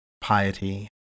piety